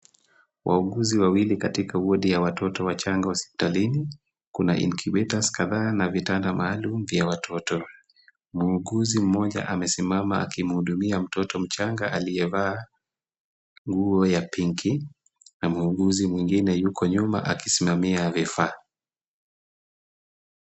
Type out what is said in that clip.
Wauguzi wawili katika wodi ya watoto wachanga hospitalini kuna incubators kadhaa na vitanda maalum vya watoto. Muuguzi mmoja amesimama akimhudumia mtoto mchanga aliyevaa nguo ya pinki na muuguzi mwingine yuko nyuma akisimamia vifaa.